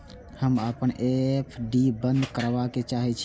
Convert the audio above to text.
हम अपन एफ.डी बंद करबा के चाहे छी